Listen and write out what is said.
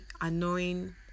annoying